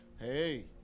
Hey